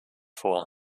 vor